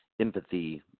empathy